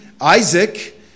Isaac